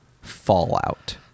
Fallout